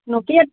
Nokia